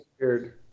weird